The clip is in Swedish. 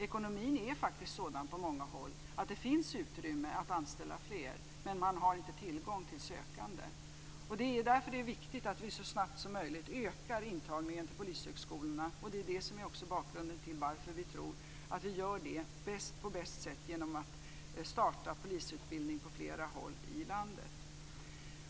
Ekonomin är faktiskt sådan på många håll att det finns utrymme att anställa fler, men man har inte tillgång på sökande. Det är därför viktigt att vi så snabbt som möjligt ökar intagningen till polishögskolorna. Det är detta som är bakgrunden till att vi tror att vi gör detta bäst genom att starta polisutbildning på flera håll i landet.